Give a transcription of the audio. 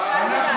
לא יקרה, אל תדאג.